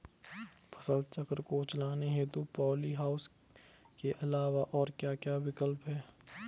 फसल चक्र को चलाने हेतु पॉली हाउस के अलावा और क्या क्या विकल्प हैं?